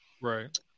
Right